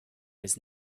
was